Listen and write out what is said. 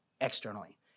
externally